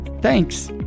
Thanks